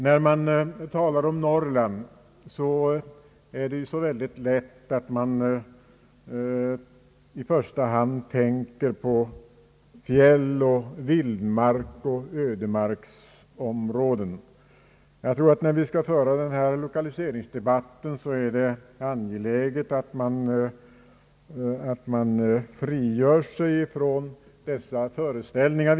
När man talar om Norrland, är det så väldigt lätt att i första hand tänka på fjäll och vildmarksområden. När vi skall föra denna lokaliseringsdebatt är det angeläget att vi frigör oss från sådana föreställningar.